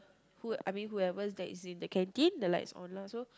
who I mean whoever that is in the canteen the lights on lah so